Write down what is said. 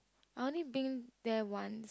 I only been there once